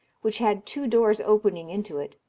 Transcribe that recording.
which had two doors opening into it,